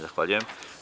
Zahvaljujem.